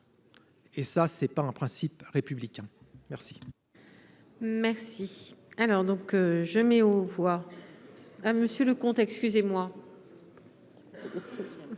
Et ça c'est pas un principe républicain. Merci, merci. Alors donc je mets aux voix à Monsieur, le comte excusez-moi.